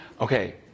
Okay